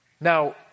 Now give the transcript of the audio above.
Now